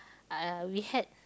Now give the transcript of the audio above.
uh we had